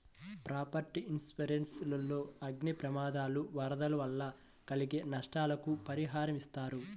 property insurance లో అగ్ని ప్రమాదాలు, వరదలు వల్ల కలిగే నష్టాలకు పరిహారమిస్తారు